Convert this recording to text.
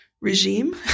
regime